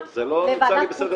גם אני נמנע.